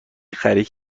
خرید